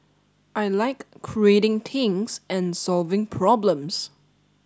I like creating things and solving problems